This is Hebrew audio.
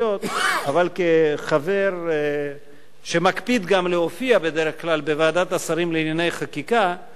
אבל כחבר שמקפיד גם להופיע בדרך כלל בוועדת השרים לענייני חקיקה אני